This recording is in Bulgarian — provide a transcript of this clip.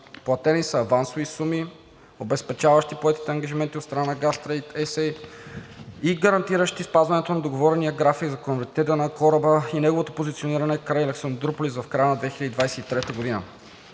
Платени са авансови суми, обезпечаващи поетите ангажименти от страна на „Газтрейд Ес Ей“ и гарантиращи спазването на договорения график за конвертиране на кораба и неговото позициониране край Александруполис в края на 2023 г.